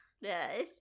Yes